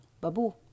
Babu